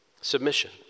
Submission